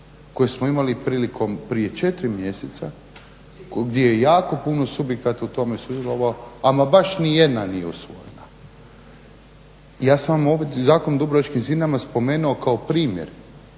koje smo imali prije 4 mjeseca gdje je jako puno subjekata u tome sudjelovalo, ama baš nijedna nije usvojena. Ja sam ovdje Zakon o Dubrovačkim zidinama spomenuo kao primjer